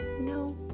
no